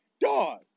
dog